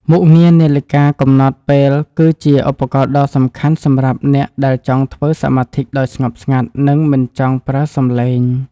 មុខងារនាឡិកាកំណត់ពេលគឺជាឧបករណ៍ដ៏សំខាន់សម្រាប់អ្នកដែលចង់ធ្វើសមាធិដោយស្ងប់ស្ងាត់ និង មិនចង់ប្រើសំឡេង។